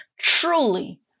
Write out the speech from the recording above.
Truly